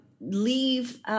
leave